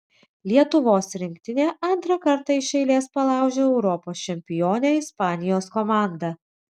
lietuvos rinktinė antrą kartą iš eilės palaužė europos čempionę ispanijos komandą